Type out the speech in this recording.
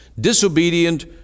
disobedient